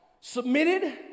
submitted